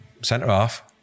centre-half